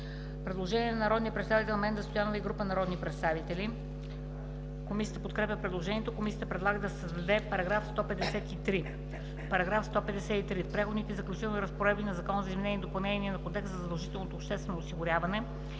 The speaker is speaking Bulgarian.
Предложение на народния представител Менда Стоянова и група народни представители Комисията подкрепя предложението. Комисията предлага да се създаде § 153: „§ 153. В Преходните и заключителните разпоредби на Закона за изменение и допълнение на Кодекса за задължително обществено осигуряване